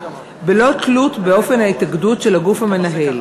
בלא תלות באופן ההתאגדות של הגוף המנהל.